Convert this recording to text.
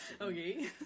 Okay